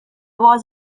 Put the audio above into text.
was